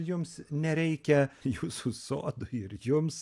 jums nereikia jūsų sodui ir jums